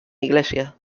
iglesia